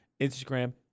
Instagram